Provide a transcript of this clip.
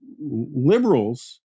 liberals